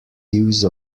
use